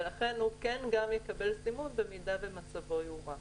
ולכן הוא יקבל סימון במידה ומצבו יורע.